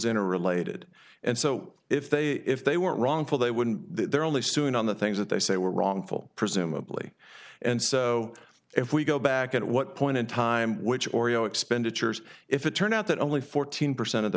in a related and so if they if they were wrongful they wouldn't they're only suing on the things that they say were wrongful presumably and so if we go back at what point in time which oreo expenditures if it turned out that only fourteen percent of the